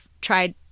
tried